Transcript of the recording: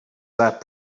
that